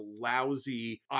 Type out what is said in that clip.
lousy